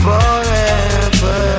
Forever